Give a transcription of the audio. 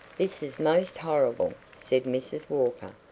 this is most horrible! said mrs. walker,